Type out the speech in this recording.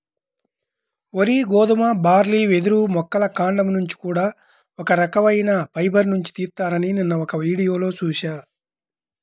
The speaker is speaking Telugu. వరి, గోధుమ, బార్లీ, వెదురు మొక్కల కాండం నుంచి కూడా ఒక రకవైన ఫైబర్ నుంచి తీత్తారని నిన్న ఒక వీడియోలో చూశా